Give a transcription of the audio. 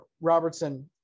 Robertson –